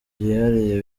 byihariye